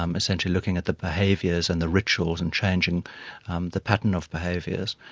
um essentially looking at the behaviours and the rituals and changing um the pattern of behaviours.